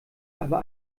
aber